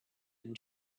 and